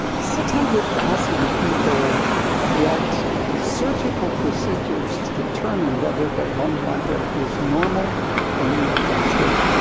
six hundred thousand people get surgical procedures to determine whether their lung nodule is normal or neoplastic,